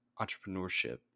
entrepreneurship